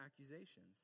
accusations